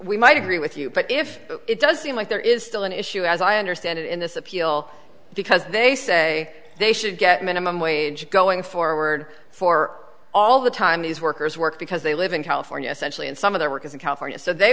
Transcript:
we might agree with you but if it does seem like there is still an issue as i understand it in this appeal because they say they should get minimum wage going forward for all the time these workers work because they live in california essentially and some of their work is in california so they